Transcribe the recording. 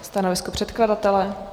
Stanovisko předkladatele?